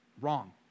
wrong